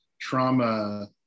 trauma